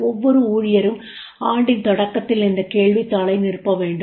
ஒவ்வொரு ஊழியரும் ஆண்டின் தொடக்கத்தில் இந்த கேள்வித்தாளை நிரப்ப வேண்டும்